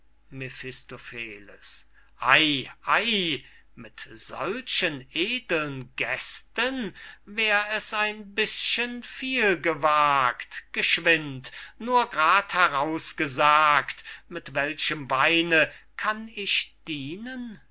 ey ey mit solchen edlen gästen wär es ein bißchen viel gewagt geschwind nur grad heraus gesagt mit welchem weine kann ich dienen